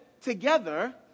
together